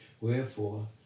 Wherefore